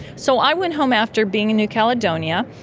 so i went home after being in new caledonia,